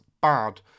bad